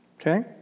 Okay